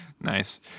Nice